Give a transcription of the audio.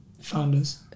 Founders